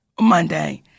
Monday